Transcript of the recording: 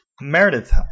Meredith